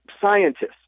scientists